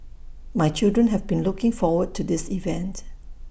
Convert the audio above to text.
my children have been looking forward to this event